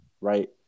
right